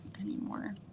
anymore